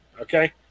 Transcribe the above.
okay